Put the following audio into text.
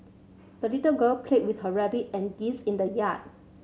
the little girl played with her rabbit and geese in the yard